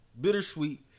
Bittersweet